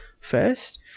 first